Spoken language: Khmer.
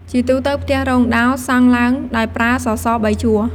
ជាទូទៅផ្ទះរោងដោលសង់ឡើងដោយប្រើសសរ៣ជួរ។